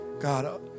God